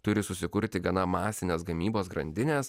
turi susikurti gana masinės gamybos grandinės